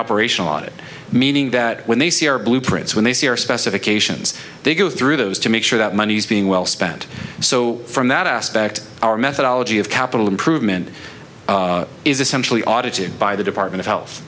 operational audit meaning that when they see our blueprints when they see our specifications they go through those to make sure that money's being well spent so from that aspect our methodology of capital improvement is essentially audited by the department of health